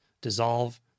dissolve